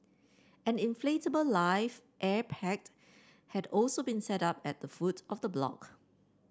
an inflatable life air packed had also been set up at the foot of the block